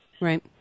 Right